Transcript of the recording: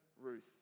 Ruth